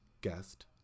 guest